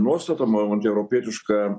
nuostatom antieuropietiška